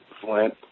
Flint